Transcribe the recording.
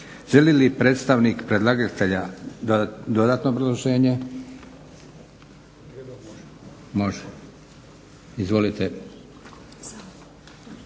Želi li predstavnik predlagatelja dodatno proglašenje? Može. Izvolite.